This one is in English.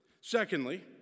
Secondly